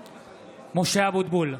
(קורא בשמות חברי הכנסת) משה אבוטבול,